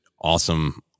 awesome